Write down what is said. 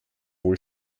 wohl